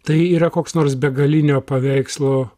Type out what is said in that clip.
tai yra koks nors begalinio paveikslo